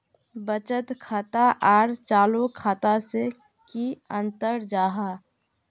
बचत खाता आर चालू खाता से की अंतर जाहा?